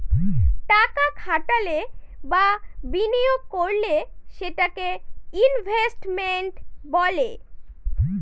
টাকা খাটালে বা বিনিয়োগ করলে সেটাকে ইনভেস্টমেন্ট বলে